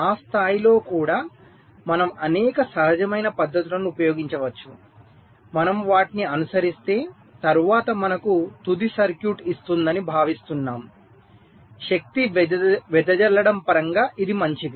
ఆ స్థాయిలో కూడా మనము అనేక సహజమైన పద్ధతులను ఉపయోగించవచ్చు మనము వాటిని అనుసరిస్తే తరువాత మనకు తుది సర్క్యూట్ ఇస్తుందని భావిస్తున్నాం శక్తి వెదజల్లడం పరంగా ఇది మంచిది